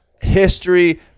history